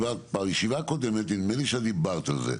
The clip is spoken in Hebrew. בישיבה הקודמת נדמה לי שדיברת על זה,